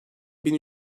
bin